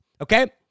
okay